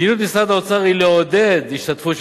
מדיניות משרד האוצר היא לעודד השתתפות של